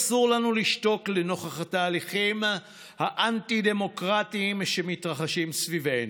אסור לנו לשתוק לנוכח התהליכים האנטי-דמוקרטיים שמתרחשים סביבנו,